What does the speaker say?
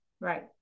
right